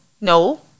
No